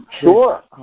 sure